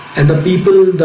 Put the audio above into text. and the people that